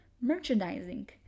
merchandising